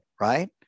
right